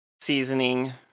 Seasoning